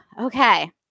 Okay